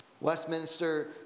Westminster